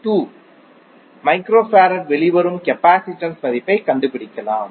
2 மைக்ரோஃபரடாக வெளிவரும் கெபாசிடன்ஸ் மதிப்பைக் கண்டுபிடிக்கலாம்